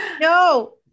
no